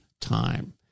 time